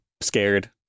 scared